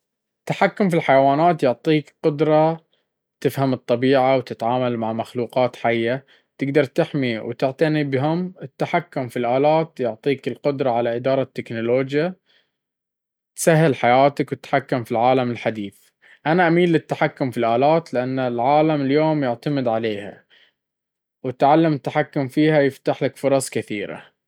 التحكم في الحيوانات يعطيك قدرة تفهم الطبيعة وتتعامل مع مخلوقات حية، تقدر تحمي وتعتني بهم. التحكم في الآلات يعطيك القدرة على إدارة التكنولوجيا، تسهل حياتك وتتحكم في العالم الحديث. أنا أميل للتحكم في الآلات، لأن العالم اليوم يعتمد عليها، وتعلم التحكم فيها يفتح لك فرص كثيرة.